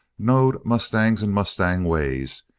knowed mustangs and mustang-ways,